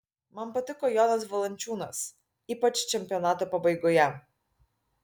man patiko jonas valančiūnas ypač čempionato pabaigoje